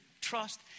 trust